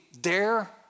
dare